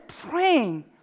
praying